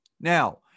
Now